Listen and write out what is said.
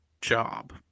job